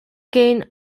game